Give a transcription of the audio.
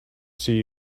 see